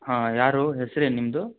ಹಾಂ ಯಾರು ಹೆಸ್ರೇನು ನಿಮ್ದು